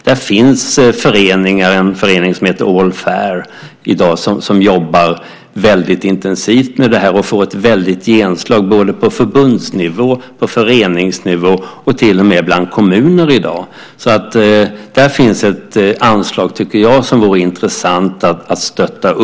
Där finns föreningar, till exempel en som heter All fair, som jobbar väldigt intensivt med detta och får ett väldigt genomslag på förbundsnivå och på föreningsnivå och till och med bland kommuner i dag. Där finns ett anslag som jag tycker är intressant att stötta.